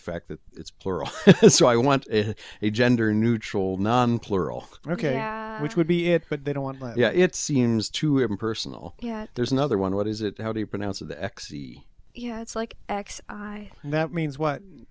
fact that it's plural so i want a gender neutral non plural ok which would be it but they don't want but yeah it seems too impersonal yeah there's another one what is it how do you pronounce of the x e yeah it's like x that means what